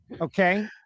Okay